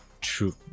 True